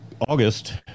August